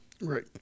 Right